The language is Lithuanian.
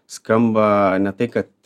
skamba ne tai kad